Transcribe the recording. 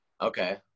okay